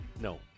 No